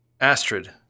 Astrid